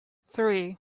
three